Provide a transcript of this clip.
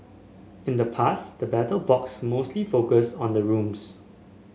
in the past the Battle Box mostly focused on the rooms